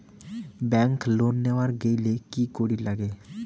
Bank loan নেওয়ার গেইলে কি করীর নাগে?